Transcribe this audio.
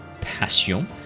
Passion